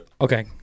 Okay